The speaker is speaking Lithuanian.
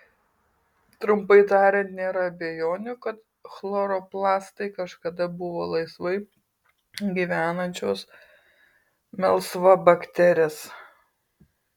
trumpai tariant nėra abejonių kad chloroplastai kažkada buvo laisvai gyvenančios melsvabakterės